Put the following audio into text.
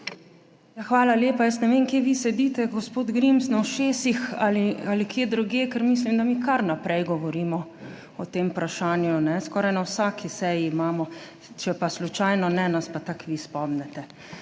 Hvala lepa. Jaz ne vem, kje vi sedite, gospod Grims, na ušesih ali kje drugje, ker mislim, da mi kar naprej govorimo o tem vprašanju. Skoraj na vsaki seji imamo, če pa slučajno ne, nas pa tako vi spomnite.